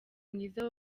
mwiza